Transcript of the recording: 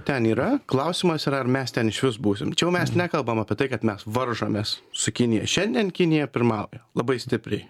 ten yra klausimas yra ar mes ten išvis būsim čia jau mes nekalbam apie tai kad mes varžomės su kinija šiandien kinija pirmauja labai stipriai